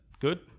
Good